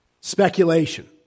Speculation